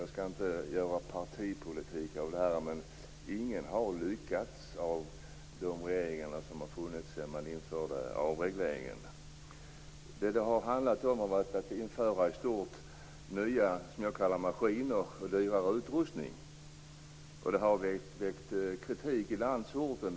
Jag skall inte göra partipolitik av detta, men ingen av de regeringar som funnits sedan man införde avregleringen har lyckats. Det har handlat om att införa nya maskiner och dyrare utrustning. Det har väckt kritik på landsorten.